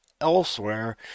elsewhere